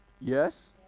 Yes